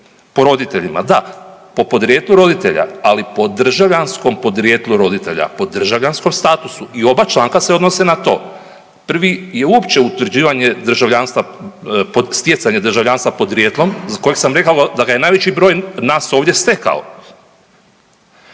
po roditeljima, da, po podrijetlu roditelja, ali po državljanskom podrijetlu roditelja, po državljanskom statusu i oba članka se odnose na to. Prvi je uopće utvrđivanje državljanstva pod stjecanje državljanstva podrijetlom za koje sam rekao da ga najveći broj nas ovdje stekao.